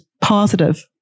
positive